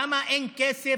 למה אין כסף